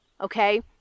Okay